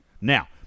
Now